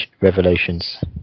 Revelations